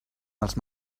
els